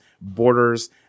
borders